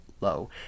low